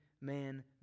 man